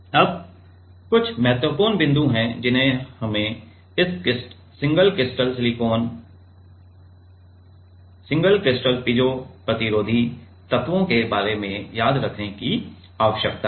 अब कुछ महत्वपूर्ण बिंदु हैं जिन्हें हमें इस single crystal silicon single crystal piezo प्रतिरोधी तत्वों के बारे में याद रखने की आवश्यकता है